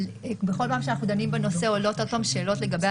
אבל בכל פעם שאנחנו דנים בנושא עולות עוד פעם שאלות לגבי